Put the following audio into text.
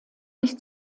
sich